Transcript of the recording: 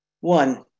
One